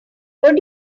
what